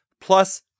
Plus